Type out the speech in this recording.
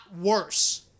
worse